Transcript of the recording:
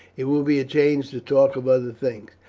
it will be a change to talk of other things.